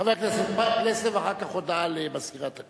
חבר הכנסת פלסנר, ואחר כך הודעה למזכירת הכנסת.